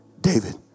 David